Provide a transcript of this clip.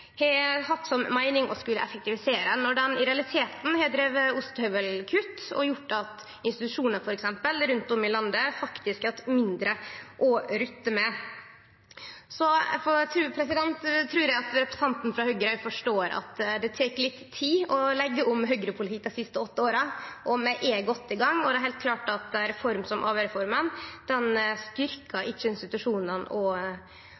skulle effektivisere, når ein i realiteten har drive med ostehøvelkutt som har gjort at f.eks. institusjonar rundt om i landet faktisk har hatt mindre å rutte med. Så trur eg at representanten frå Høgre forstår at det tek litt tid å leggje om høgrepolitikk dei siste åtte åra. Vi er godt i gang, og det er heilt klart at ei reform som ABE-reforma ikkje styrkjer institusjonane og